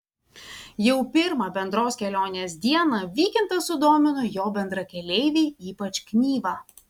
jau pirmą bendros kelionės dieną vykintą sudomino jo bendrakeleiviai ypač knyva